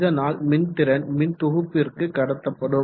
இதனால் மின்திறன் தொகுப்பிற்கு கடத்தப்படும்